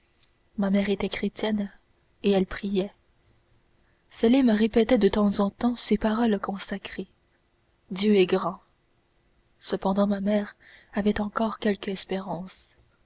ma mère était chrétienne et elle priait sélim répétait de temps en temps ces paroles consacrées dieu est grand cependant ma mère avait encore quelque espérance